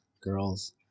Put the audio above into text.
girls